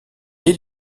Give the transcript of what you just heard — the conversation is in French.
est